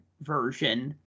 version